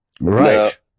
Right